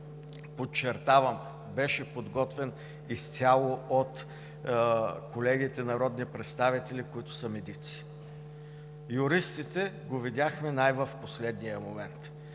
подчертавам, беше подготвен изцяло от колегите народни представители, които са медици. Юристите го видяхме в най-последния момент